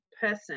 person